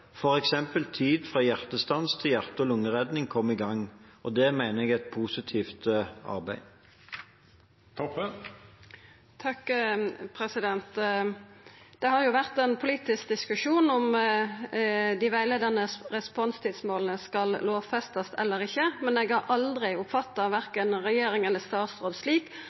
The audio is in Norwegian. tid fra hjertestans til hjerte- og lungeredning kommer i gang. Det mener jeg er et positivt arbeid. Det har vore ein politisk diskusjon om dei rettleiande responstidsmåla skal lovfestast eller ikkje, men eg har aldri oppfatta verken regjeringa eller statsråden slik